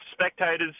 spectators